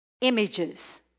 images